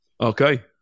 Okay